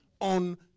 on